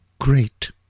great